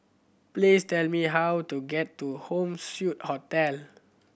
please tell me how to get to Home Suite Hotel